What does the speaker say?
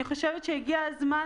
הגיע הזמן,